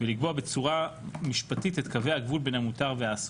ולקבוע בצורה משפטית את קווי הגבול בין המותר והאסור.